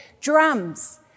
drums